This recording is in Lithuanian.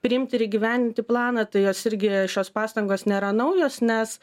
priimti ir įgyvendinti planą tai jos irgi šios pastangos nėra naujos nes